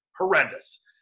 horrendous